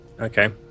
okay